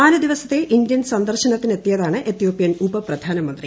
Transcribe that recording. നാല് ദിവസത്തെ ഇന്ത്യൻ സന്ദർശനത്തിനെത്തിയതാണ് എത്യോപ്യൻ ഉപ പ്രധാനമന്ത്രി